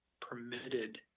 permitted